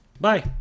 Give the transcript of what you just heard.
Bye